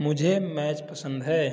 मुझे मैच पसंद है